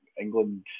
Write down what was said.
England